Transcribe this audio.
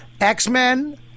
X-Men